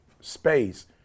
space